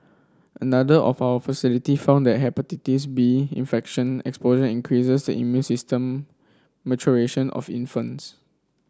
another of our facility found that Hepatitis B infection exposure increases immune system maturation of infants